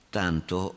tanto